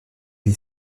est